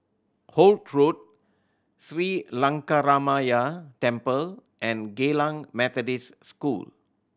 Holt Road Sri Lankaramaya Temple and Geylang Methodist School